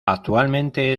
actualmente